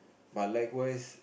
but likewise